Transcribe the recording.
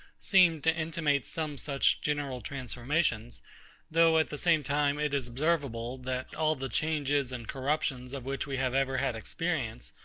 seem to intimate some such general transformations though, at the same time, it is observable, that all the changes and corruptions of which we have ever had experience,